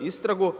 istragu.